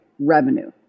revenue